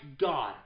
God